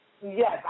Yes